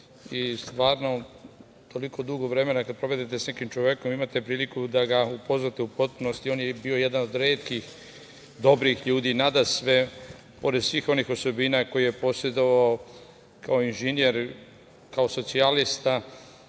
i stvarno toliko dugo vremena kada provedete sa nekim čovekom imate priliku da ga upoznate u potpunosti. On je bio jedna od retkih dobrih ljudi, nadasve pored svih onih osobina koje je posedovao kao inženjer, kao socijalista,